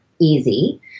easy